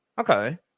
okay